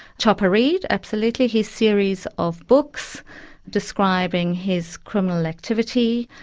chopper read, absolutely, his series of books describing his criminal activity.